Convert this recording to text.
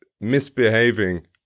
misbehaving